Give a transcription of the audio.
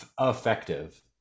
effective